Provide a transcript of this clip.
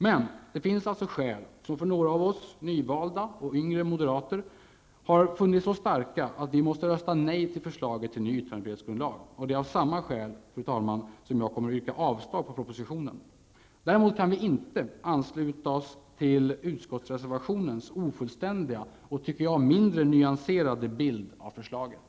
Men det finns alltså skäl som några av oss nyvalda, yngre moderater har funnit så starka, att vi måste rösta nej till förslaget till ny yttrandefrihetsgrundlag. Det är av samma skäl som jag yrkar avslag på propositionen. Däremot kan vi inte ansluta oss till reservationens ofullständiga och mindre nyanserade bild av förslaget.